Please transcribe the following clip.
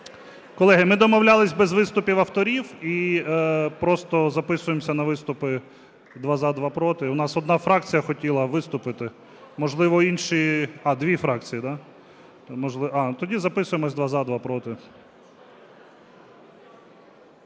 Колеги, ми домовлялись без виступів авторів. І просто записуємося на виступи: два – за, два – проти. У нас одна фракція хотіла виступити. Можливо, інші… А, дві фракції. А, тоді записуємося: два – за, два – проти.